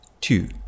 two